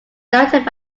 directed